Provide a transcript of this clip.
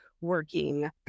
working